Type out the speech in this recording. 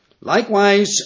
Likewise